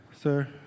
sir